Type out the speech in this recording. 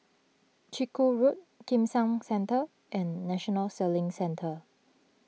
Chiku Road Kim San Centre and National Sailing Centre